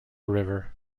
river